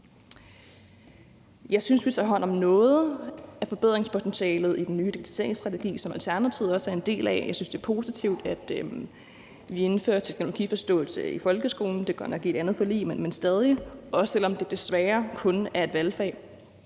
Jeg synes, at vi tager hånd om noget af forbedringspotentialet i den nye digitaliseringsstrategi, som Alternativet også er en del af, Jeg synes, det er positivt, at vi indfører teknologiforståelse i folkeskolen – det er godt nok i et andet forlig, men vi gør det stadig, også selv om det desværre kun er et valgfag;